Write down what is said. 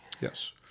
Yes